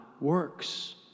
works